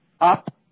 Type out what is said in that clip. up